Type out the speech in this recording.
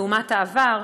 לעומת העבר,